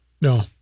no